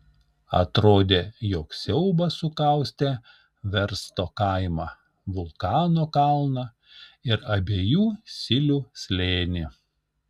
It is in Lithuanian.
atrodė jog siaubas sukaustė versto kaimą vulkano kalną ir abiejų silių slėnį